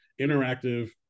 interactive